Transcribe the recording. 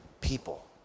people